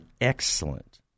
excellent